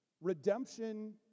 redemption